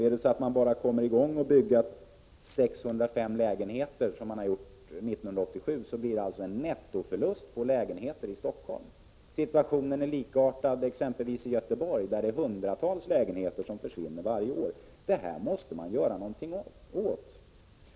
Bygger man bara 605 lägenheter om året, som man kommer att göra 1987, uppstår en nettoförlust på lägenheter i Stockholm. Situationen är likartad i t.ex. Göteborg, där hundratals lägenheter försvinner varje år. Detta måste man göra någonting åt.